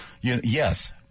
yes